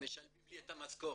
משלמים לי את המשכורת,